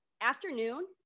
afternoon